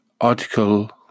article